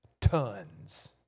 tons